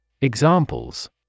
Examples